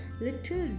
little